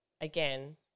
again